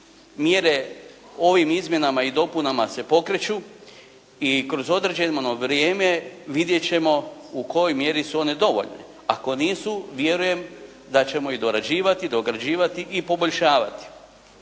Mjere ovim izmjenama i dopunama se pokreću i kroz određeno vrijeme vidjet ćemo u kojoj mjeri su one dovoljne. Ako nisu vjerujem da ćemo ih dorađivati, dograđivati i poboljšavati.